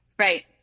Right